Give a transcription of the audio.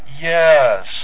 Yes